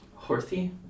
Horthy